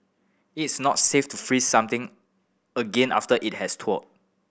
it is not safe to freeze something again after it has thawed